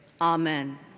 Amen